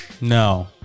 No